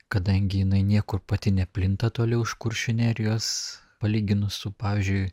kadangi jinai niekur pati neplinta toliau už kuršių nerijos palyginus su pavyzdžiui